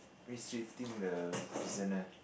mistreating the prisoner